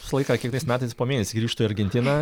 visą laiką kiekvienais metais po mėnesį grįžtu į argentiną